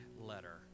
letter